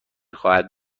خواهد